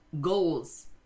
goals